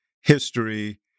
history